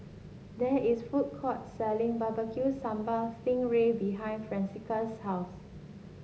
there is food court selling barecue Sambal Sting Ray behind Francisca's house